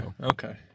Okay